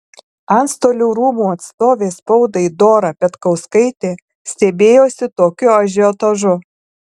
antstolių rūmų atstovė spaudai dora petkauskaitė stebėjosi tokiu ažiotažu